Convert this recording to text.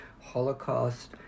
Holocaust